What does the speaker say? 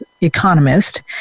economist